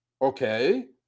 Okay